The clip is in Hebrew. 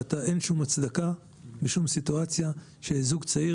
ואין שום הצדקה בשום סיטואציה שזוג צעיר